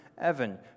Evan